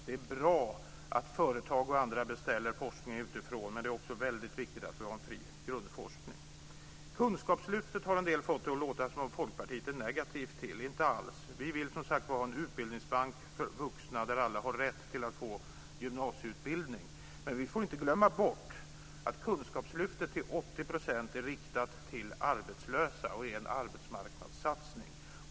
Det är bra att företag och andra beställer forskning utifrån, men det är också viktigt att vi har en fri grundforskning. En del har fått det att låta som att Folkpartiet är negativt till kunskapslyftet. Inte alls! Vi vill som sagt var ha en utbildningsbank för vuxna, där alla har rätt att få gymnasieutbildning. Men vi får inte glömma bort att kunskapslyftet till 80 % är riktat till arbetslösa. Det är en arbetsmarknadssatsning.